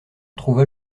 trouva